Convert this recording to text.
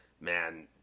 man